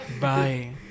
Bye